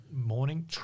morning